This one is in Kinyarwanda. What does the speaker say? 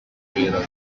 kibera